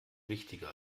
wichtiger